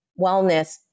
wellness